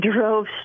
drove